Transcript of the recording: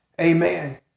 Amen